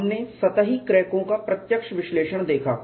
हमने सतही क्रैकों का प्रत्यक्ष विश्लेषण देखा